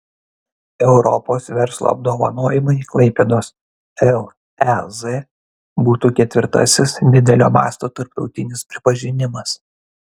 europos verslo apdovanojimai klaipėdos lez būtų ketvirtasis didelio masto tarptautinis pripažinimas